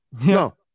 No